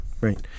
right